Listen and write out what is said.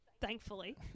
thankfully